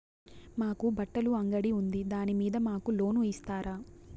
మాకు బట్టలు అంగడి ఉంది దాని మీద మాకు లోను ఇస్తారా